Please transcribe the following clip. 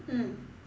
mm